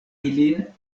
ilin